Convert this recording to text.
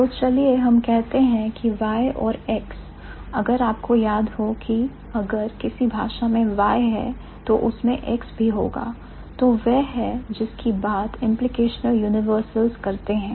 तो चलिए हम कहते हैं की Y और X अगर आपको याद हो कि अगर किसी भाषा में Y है तो उसमें X भी होगा तो वह है जिसकी बात implicational universals करते हैं